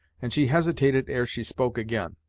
and she hesitated ere she spoke again.